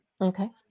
Okay